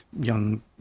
young